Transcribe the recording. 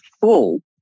full